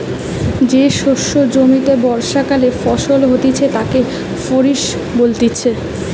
যে শস্য জমিতে বর্ষাকালে ফলন হতিছে তাকে খরিফ বলতিছে